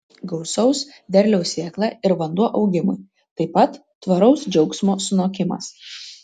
gausaus derliaus sėkla ir vanduo augimui taip pat tvaraus džiaugsmo sunokimas